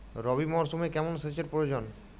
রবি মরশুমে কেমন সেচের প্রয়োজন?